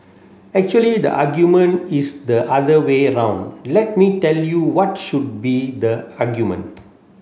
actually the argument is the other way round let me tell you what should be the argument